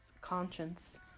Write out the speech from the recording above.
conscience